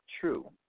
true